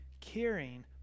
caring